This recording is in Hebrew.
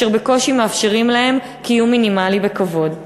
אשר בקושי מאפשרים להן קיום מינימלי בכבוד.